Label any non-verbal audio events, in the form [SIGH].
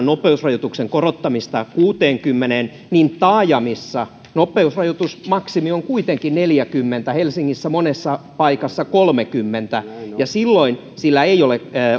[UNINTELLIGIBLE] nopeusrajoituksen korottamista kuuteenkymmeneen niin taajamissa nopeusrajoitusmaksimi on kuitenkin neljäkymmentä helsingissä monessa paikassa kolmekymmentä ja silloin ei ole